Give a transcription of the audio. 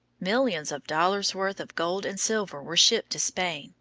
millions of dollars' worth of gold and silver were shipped to spain,